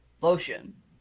lotion